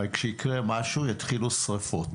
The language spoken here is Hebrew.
הרי כשיקרה משהו יתחילו שריפות.